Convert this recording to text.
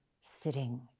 sitting